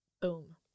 Boom